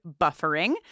BUFFERING